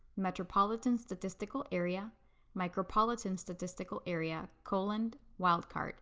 metropolitan statistical area micropolitan statistical area, colon, wildcard